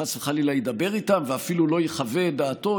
וחס וחלילה ידבר איתם ואפילו לא יחווה את דעתו.